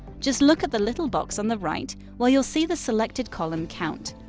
just look at the little box on the right where you'll see the selected column count.